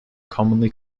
commonly